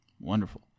Wonderful